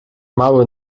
mały